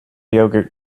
yogurt